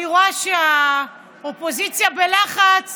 אני רואה שהאופוזיציה בלחץ